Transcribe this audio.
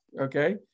Okay